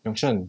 yong shen